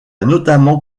notamment